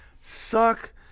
suck